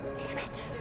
damn it!